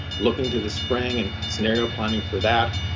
looking to the spring and scenario planning for that.